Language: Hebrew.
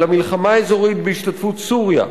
אלא מלחמה אזורית בהשתתפות סוריה,